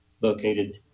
located